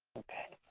okay.